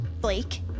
Blake